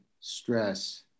stress